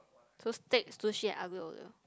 so steak sushi aglio E olio